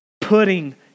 putting